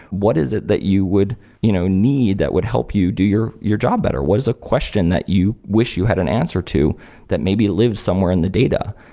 what is it that you would you would know need that would help you do your your job better? what is a question that you wish you had an answer to that maybe lives somewhere in the data?